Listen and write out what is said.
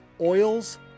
oils